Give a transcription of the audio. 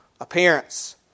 appearance